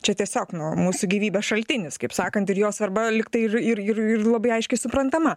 čia tiesiog nu mūsų gyvybės šaltinis kaip sakant ir jo svarba lyg tai ir ir ir labai aiškiai suprantama